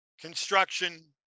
construction